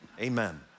Amen